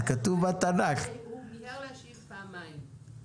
הוא דיבר על פעמיים.